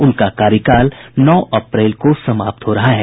उनका कार्यकाल नौ अप्रैल को समाप्त हो रहा है